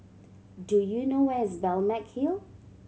do you know where is Balmeg Hill